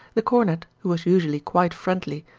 the cornet, who was usually quite friendly,